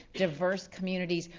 diverse communities.